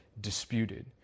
disputed